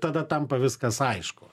tada tampa viskas aišku